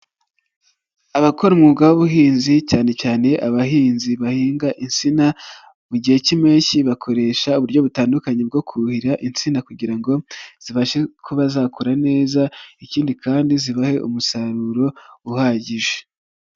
Abakora umwuga w'ubuhinzi, cyane cyane abahinzi bahinga insina, mu gihe cy'impeshyi bakoresha uburyo butandukanye bwo kuhira insina kugira ngo zibashe kuba bazakora neza, ikindi kandi zibahe umusaruro uhagije.